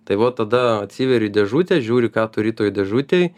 tai va tada atsiveri dėžutę žiūri ką turi toj dėžutėj